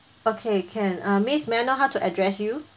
okay can uh miss may I know how to address you